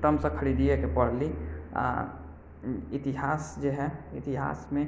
खरीदे कऽ पढ़ली आओर इतिहास जे हय इतिहासमे